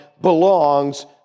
belongs